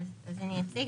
אז אני אציג.